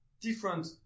different